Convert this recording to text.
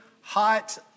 hot